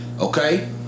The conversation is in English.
okay